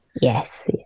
Yes